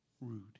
rude